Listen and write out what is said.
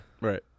Right